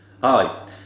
Hi